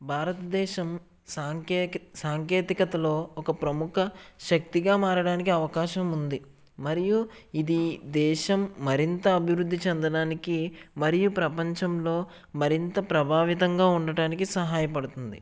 భారతదేశం సాంకేకి సాంకేతికతలో ఒక ప్రముఖ శక్తిగా మారడానికి అవకాశం ఉంది మరియు ఇది దేశం మరింత అభివృద్ధి చెందడానికి మరియు ప్రపంచంలో మరింత ప్రభావితంగా ఉండటానికి సహాయపడుతుంది